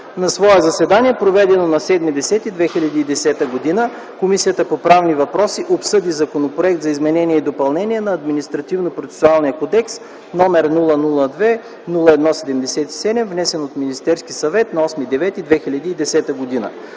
„На свое заседание, проведено на 7 октомври 2010 г., Комисията по правни въпроси обсъди Законопроект за изменение и допълнение на Административнопроцесуалния кодекс, № 002-01-77, внесен от Министерския съвет на 8 септември